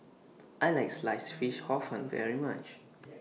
I like Sliced Fish Hor Fun very much